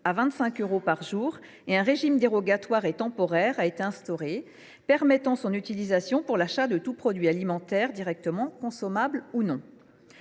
à 25 euros par jour et un régime dérogatoire temporaire a été instauré, afin de permettre son utilisation pour l’achat de tout produit alimentaire, directement consommable ou non.